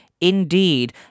indeed